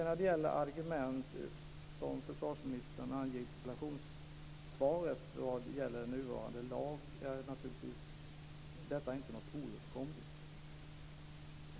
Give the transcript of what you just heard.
När det gäller de argument som försvarsministern anger i interpellationssvaret vad beträffar nuvarande lag vill jag säga att detta naturligtvis inte är något oöverkomligt.